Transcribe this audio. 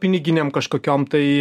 piniginėm kažkokiom tai